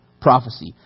prophecy